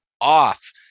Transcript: off